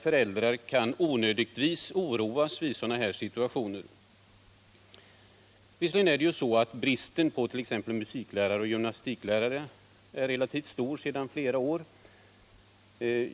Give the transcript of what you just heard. Föräldrar kan ju onödigtvis oroas i sådana här situationer. Visserligen är bristen på t.ex. musiklärare och gymnastiklärare relativt stor sedan flera år.